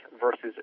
versus